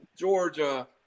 Georgia